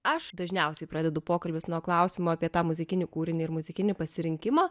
aš dažniausiai pradedu pokalbius nuo klausimo apie tą muzikinį kūrinį ir muzikinį pasirinkimą